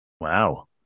wow